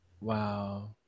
Wow